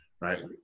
right